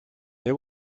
they